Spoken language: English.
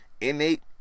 innate